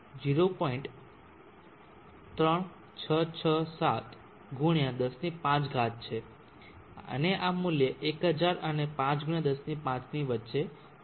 3667 × 105 છે અને આ મૂલ્ય 1000 અને 5 × 105 ની વચ્ચે છે